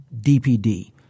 DPD